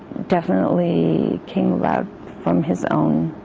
definitely came about from his own